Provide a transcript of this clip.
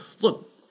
look